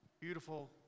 beautiful